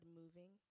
moving